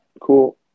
cool